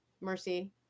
Mercy